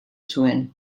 zuen